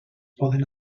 poden